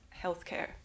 healthcare